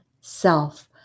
self